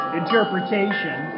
interpretation